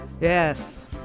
Yes